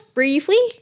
briefly